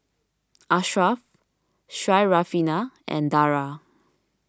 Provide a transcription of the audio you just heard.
Ashraf Syarafina and Dara